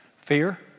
Fear